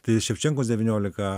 tai ševčenkos devyniolika